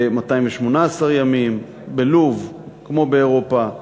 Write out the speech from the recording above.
218 ימים, בלוב, כמו באירופה,